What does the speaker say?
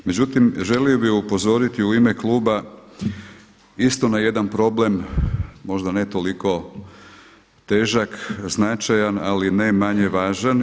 Međutim, želio bi upozoriti u ime kluba isto na jedan problem, možda ne toliko težak, značajan ali ne manje važan.